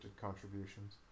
contributions